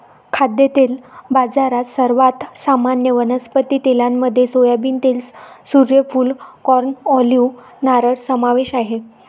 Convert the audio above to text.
खाद्यतेल बाजारात, सर्वात सामान्य वनस्पती तेलांमध्ये सोयाबीन तेल, सूर्यफूल, कॉर्न, ऑलिव्ह, नारळ समावेश आहे